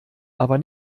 aber